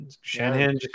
Shanahan